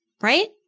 Right